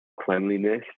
cleanliness